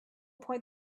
point